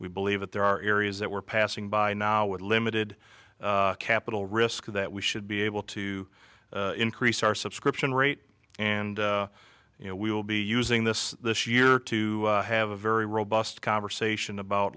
we believe that there are areas that we're passing by now with limited capital risk that we should be able to increase our subscription rate and you know we will be using this this year to have a very robust conversation about